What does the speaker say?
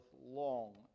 long